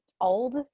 old